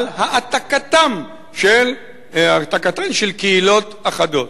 על העתקתן של קהילות אחדות.